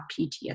PTSD